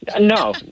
no